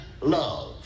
love